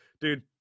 Dude